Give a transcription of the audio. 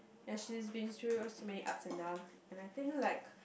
and she's been through so many ups and downs and I think like